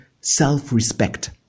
self-respect